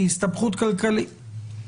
הסתבכות כלכלית.